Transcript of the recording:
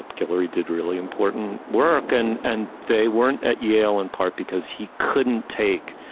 ah guillory did really important work. and and they weren't at yale, in part because he couldn't take